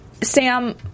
Sam